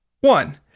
One